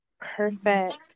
Perfect